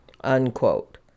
unquote